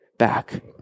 back